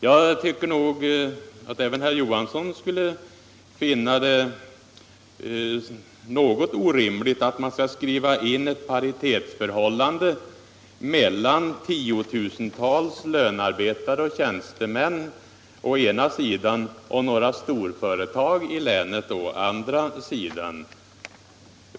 Jag tycker att även herr Johansson borde finna det något orimligt att skriva in ett paritetsförhållande mellan tiotusentals lönearbetare och tjänstemän å ena sidan och några storföretag i länet å andra sidan.